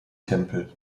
tempel